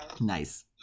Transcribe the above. Nice